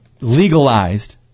legalized